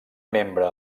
membre